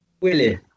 Willie